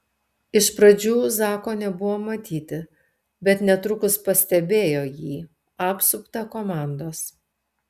iš pradžių zako nebuvo matyti bet netrukus pastebėjo jį apsuptą komandos